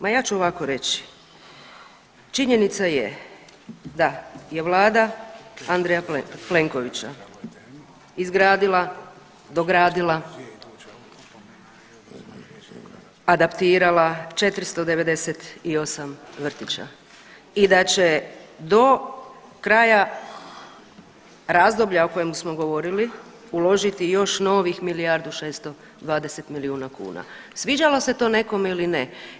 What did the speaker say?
Ma ja ću ovako reći, činjenica je da je vlada Andreja Plenkovića izgradila, dogradila, adaptirala 498 vrtića i da će do kraja razdoblja o kojem smo govorili uložiti još novih milijardu 620 milijuna kuna, sviđalo se to nekome ili ne.